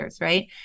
right